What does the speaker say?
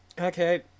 Okay